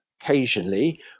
occasionally